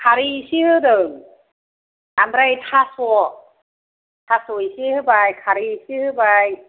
खारै एसे होदों ओमफ्राय थास' थास' एसे होबाय खारै एसे होबाय